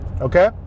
Okay